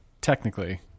technically